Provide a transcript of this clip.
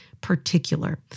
particular